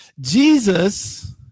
Jesus